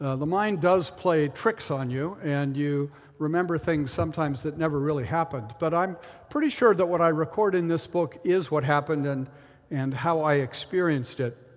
the mind does play tricks on you, and you remember things sometimes that never really happened. but i'm pretty sure that what i record in this book is what happened and and how i experienced it.